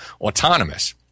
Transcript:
autonomous